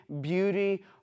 beauty